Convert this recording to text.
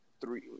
three